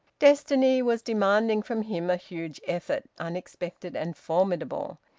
destiny was demanding from him a huge effort, unexpected and formidable,